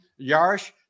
Yarish